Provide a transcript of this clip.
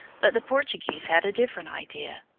but the portuguese had a different idea.